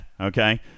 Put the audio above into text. okay